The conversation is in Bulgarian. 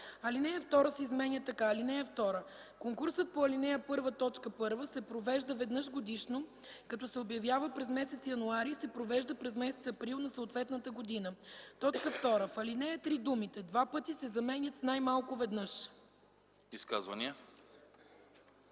Алинея 2 се изменя така: „(2) Конкурсът по ал. 1, т. 1 се провежда веднъж годишно, като се обявява през месец януари и се провежда през месец април на съответната година.” 2. В ал. 3 думите „два пъти” се заменят с „най-малко веднъж”.”